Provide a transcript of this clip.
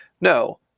no